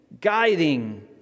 guiding